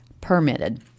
permitted